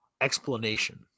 Explanation